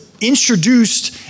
introduced